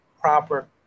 proper